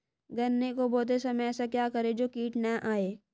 गन्ने को बोते समय ऐसा क्या करें जो कीट न आयें?